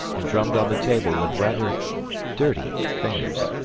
and drummed on the table with rather dirty fingers.